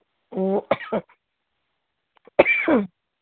ꯎꯝ